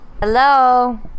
Hello